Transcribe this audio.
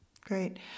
great